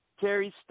Terry